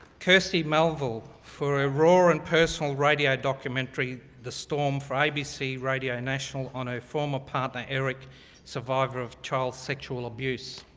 kirsty melville for a roaring personal radio documentary the storm for abc radio national honor former partner eric survivor of child sexual abuse.